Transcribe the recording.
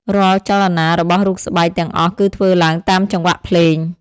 រាល់ចលនារបស់រូបស្បែកទាំងអស់គឺធ្វើឡើងតាមចង្វាក់ភ្លេង។